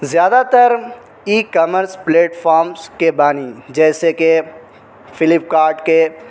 زیادہ تر e commerce platforms کے بانی جیسے کہ فلپکارٹ کے